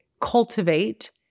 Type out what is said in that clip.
cultivate